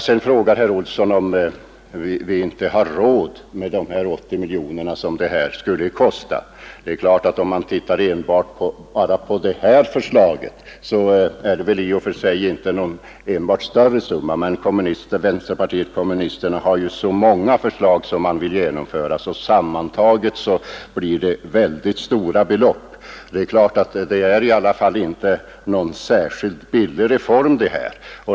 Sedan frågar herr Olsson om vi inte har råd med de 80 miljoner kronor som vpk:s förslag skulle kosta. Det är klart att om man ser enbart på det här förslaget så är det i och för sig inte fråga om någon större summa. Men vänsterpartiet kommunisterna har ju så många förslag som man vill genomföra, och sammantaget blir det mycket stora belopp. Förstärkningen av pensionerna är ju inte någon särskilt billig reform.